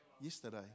yesterday